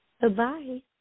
Goodbye